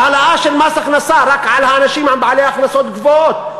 העלאה של מס הכנסה רק לאנשים בעלי הכנסות גבוהות,